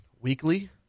weekly